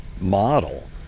model